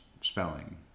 spelling